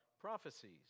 Prophecies